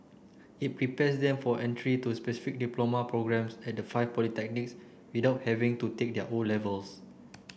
it prepares them for entry to specific diploma programmes at the five polytechnics without having to take their O levels